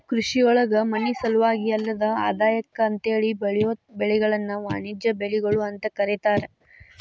ಕೃಷಿಯೊಳಗ ಮನಿಸಲುವಾಗಿ ಅಲ್ಲದ ಆದಾಯಕ್ಕ ಅಂತೇಳಿ ಬೆಳಿಯೋ ಬೆಳಿಗಳನ್ನ ವಾಣಿಜ್ಯ ಬೆಳಿಗಳು ಅಂತ ಕರೇತಾರ